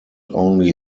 only